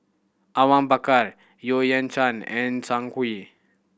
Awang Bakar Yeo Kian Chai and Zhang Hui